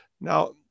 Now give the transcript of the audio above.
Now